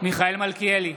מיכאל מלכיאלי,